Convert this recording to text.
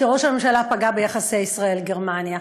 שראש הממשלה פגע ביחסי ישראל גרמניה,